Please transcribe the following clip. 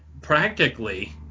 practically